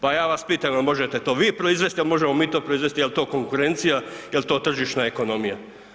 Pa ja vas pitam jel možete to vi proizvesti, jel možemo mi to proizvesti, jel to konkurencija, jel to tržišna ekonomija?